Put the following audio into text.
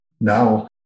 now